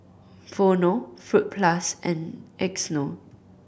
Vono Fruit Plus and Xndo